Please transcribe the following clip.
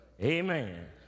amen